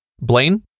Blaine